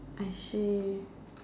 I see